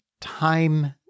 time